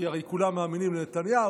כי הרי כולם מאמינים לנתניהו,